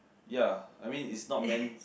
ya I mean is not meant